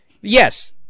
Yes